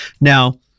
Now